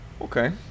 Okay